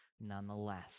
Nonetheless